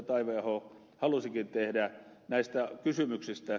taiveaho halusikin tehdä näistä kysymyksistä